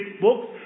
books